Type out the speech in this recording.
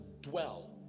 dwell